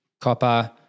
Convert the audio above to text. copper